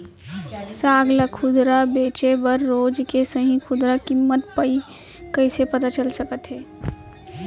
साग ला खुदरा बेचे बर रोज के सही खुदरा किम्मत कइसे पता चल सकत हे?